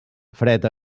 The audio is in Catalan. fred